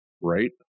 Right